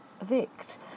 evict